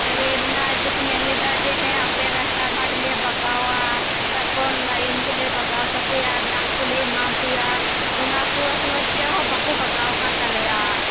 rail ᱨᱮᱱᱟᱜ ᱡᱮᱠᱚ ᱢᱮᱱ ᱞᱮᱫᱟ ᱡᱮ ᱦᱮ ᱟᱯᱮ ᱨᱟᱥᱛᱟ ᱜᱷᱟᱴ ᱞᱮ ᱵᱟᱜᱟᱣᱟ ᱛᱟᱯᱚᱨ ᱞᱟᱹᱭᱤᱱ ᱠᱚᱞᱮ ᱵᱟᱜᱟᱣ ᱛᱟᱯᱮᱭᱟ ᱫᱟᱜ ᱠᱚᱞᱮ ᱮᱢᱟ ᱯᱮᱭᱟ ᱚᱱᱟᱠᱚ ᱮᱠᱷᱚᱱᱚ ᱪᱮᱫᱼᱦᱚ ᱵᱟᱠᱚ ᱵᱟᱜᱟᱣ ᱟᱠᱟᱫ ᱛᱟᱞᱮᱭᱟ